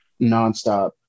nonstop